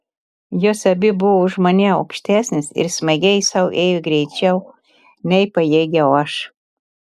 jos abi buvo už mane aukštesnės ir smagiai sau ėjo greičiau nei pajėgiau aš